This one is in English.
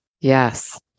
Yes